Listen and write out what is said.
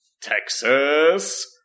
Texas